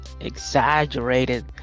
exaggerated